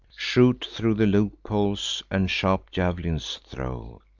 shoot thro' the loopholes, and sharp jav'lins throw.